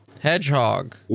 Hedgehog